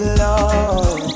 love